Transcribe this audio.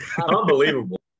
Unbelievable